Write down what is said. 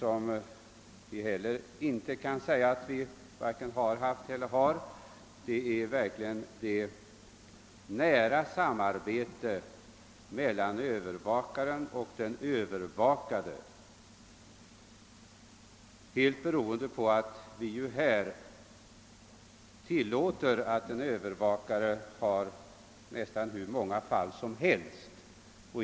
Vi har inte heller haft och har fortfarande inte ett så nära samarbete mellan övervakaren och den övervakade som man har i USA. Det beror på att vi tillåter en övervakare att ha nästan hur många fall som helst.